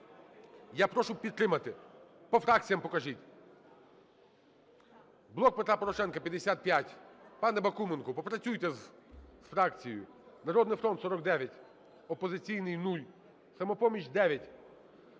Я прошу підтримати. По фракціях покажіть. "Блок Петра Порошенка" – 55. Пане Бакуменко, попрацюйте з фракцією. "Народний фронт" – 49, "Опозиційний" – 0, "Самопоміч" –